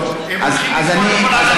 הם הולכים לסגור את כל,